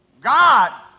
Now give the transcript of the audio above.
God